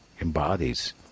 embodies